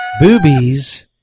Boobies